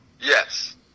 Yes